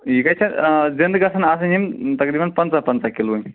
یہِ گَژھہِ زِنٛدٕ گژھیٚن آسٕنۍ یِم تقریٖبًا پَنٛژاہ پَنٛژاہ کِلوٕنۍ